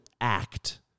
act